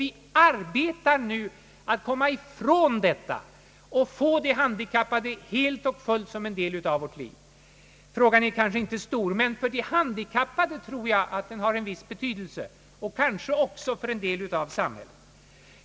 Vi arbetar nu på att komma ifrån denna uppfattning och att inlemma de handikappade helt och fullt i vårt samhälle. Denna fråga är kanske inte så stor, men för de handikappade har den en viss betydelse och kanske också för samhället.